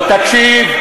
לא, תקשיב.